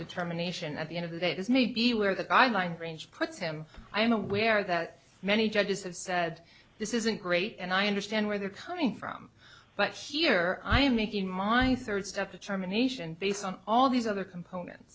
determination at the end of the day it is maybe where that i mind range puts him i'm aware that many judges have said this isn't great and i understand where they're coming from but here i am making mine third step to terminations based on all these other component